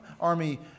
army